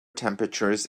temperatures